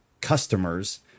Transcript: customers